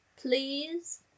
Please